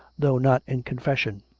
though not in con fession.